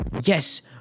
Yes